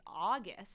August